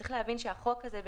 צריך להבין שהחוק הזה,